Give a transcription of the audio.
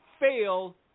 fail